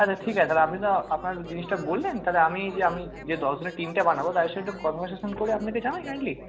আচ্ছা ঠিক আছে আপনি তো আপনার জিনিসটা বললেন তাহলে আমি যে আমি যে দশজনের টিমটা বানাবো তাদের সঙ্গে একটু কনভারসেশান করে আপনাকে জানাই না কি